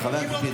צאנז היה ממלכתי.